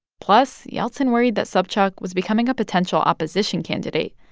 plus, yeltsin worried that sobchak was becoming a potential opposition candidate,